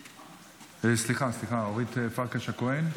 סליחה, אורית פרקש הכהן,